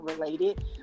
related